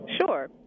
Sure